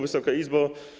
Wysoka Izbo!